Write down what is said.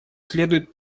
следует